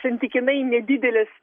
santykinai nedidelis